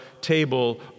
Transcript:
table